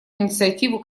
инициативу